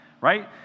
Right